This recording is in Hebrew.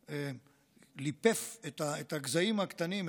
הוא ליפף את הגזעים הקטנים,